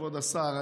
כבוד השר,